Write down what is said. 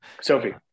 Sophie